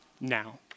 now